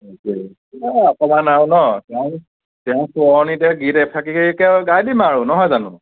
অকণমান আৰু ন তেওঁৰ তেওঁৰ সোঁৱৰণিতে গীত এফাকীকে গাই দিম আৰু নহয় জানো